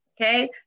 Okay